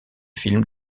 film